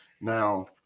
Now